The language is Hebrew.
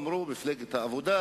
מר ציון פיניאן,